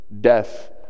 Death